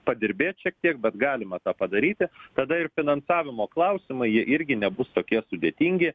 padirbėt šiek tiek bet galima tą padaryti tada ir finansavimo klausimai jie irgi nebus tokie sudėtingi